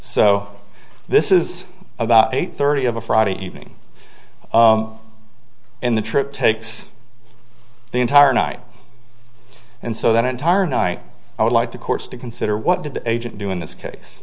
so this is about eight thirty of a friday evening in the trip takes the entire night and so that entire night i would like the courts to consider what did the agent do in this case